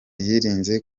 yirinze